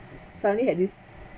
suddenly had this